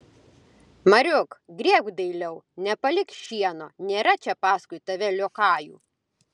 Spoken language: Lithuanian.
mariuk grėbk dailiau nepalik šieno nėra čia paskui tave liokajų